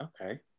Okay